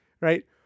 right